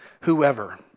Whoever